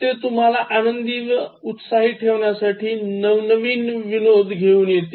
ते तुम्हाला आनंदी व उत्साही ठेवण्यासाठी नवनवीन विनोद घेऊ येतील